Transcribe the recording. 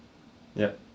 yup